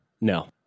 No